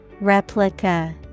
Replica